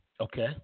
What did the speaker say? Okay